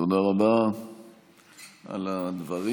תודה רבה על הדברים.